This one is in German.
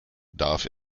darf